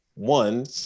One